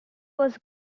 was